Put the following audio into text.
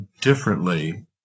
differently